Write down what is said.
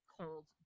cold